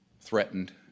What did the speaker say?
threatened